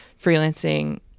freelancing